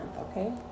okay